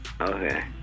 Okay